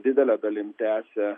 didele dalim tęsia